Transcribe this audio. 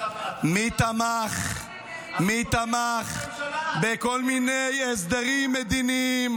מי תמך בכל מיני הסדרים מדיניים,